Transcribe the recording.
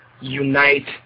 unite